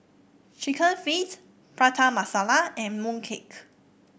chicken feet Prata Masala and mooncake